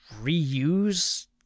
reuse